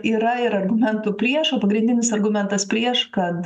yra ir argumentų prieš o pagrindinis argumentas prieš kad